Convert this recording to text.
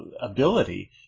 ability